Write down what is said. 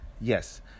yes